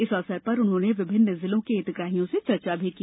इस अवसर पर उन्होंने विभिन्न जिलों के हितग्राहियों से चर्चा भी की